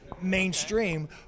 mainstream